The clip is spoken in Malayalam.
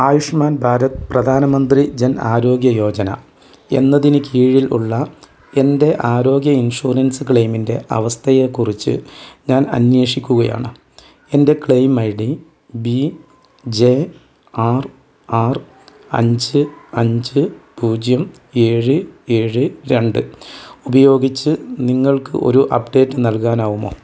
ആയുഷ്മാൻ ഭാരത് പ്രധാൻ മന്ത്രി ജൻ ആരോഗ്യ യോജന എന്നതിന് കീഴിൽ ഉള്ള എൻ്റെ ആരോഗ്യ ഇൻഷുറൻസ് ക്ലെയിമിൻ്റെ അവസ്ഥയെക്കുറിച്ച് ഞാൻ അന്വേഷിക്കുകയാണ് എൻ്റെ claim I D B J R R അഞ്ച് അഞ്ച് പൂജ്യം ഏഴ് ഏഴ് രണ്ട് ഉപയോഗിച്ച് നിങ്ങൾക്ക് ഒരു അപ്ഡേറ്റ് നൽകാനാവുമോ